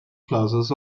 classes